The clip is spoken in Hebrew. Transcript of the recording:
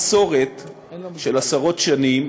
של עשרות שנים